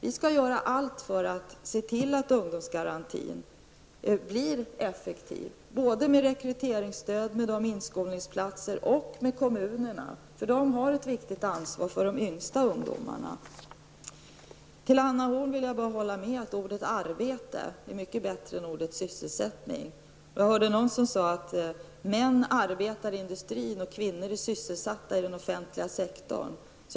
Vi skall göra allt för att se till att ungdomsgarantin blir effektiv, med rekryteringsstöd, inskolningsplatser och insatser från kommunernas sida. Kommunerna har ett viktigt ansvar för de yngsta ungdomarna. Sedan vill jag hålla med Anna Horn om att ordet arbete är mycket bättre än ordet sysselsättning. Jag hörde någon säga att män arbetar i industrin och kvinnor är sysselsatta i den offentliga sektorn.